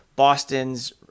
Boston's